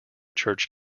church